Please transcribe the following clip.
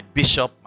bishop